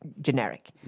generic